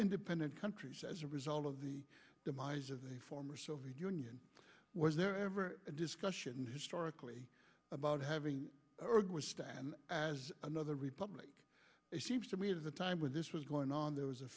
independent countries as a result of the demise of the former soviet union was there ever a discussion historically about having erg was stand as another republic it seems to me is a time when this was going on there was a